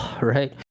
right